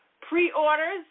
pre-orders